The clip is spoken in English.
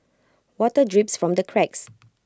water drips from the cracks